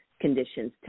conditions